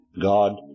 God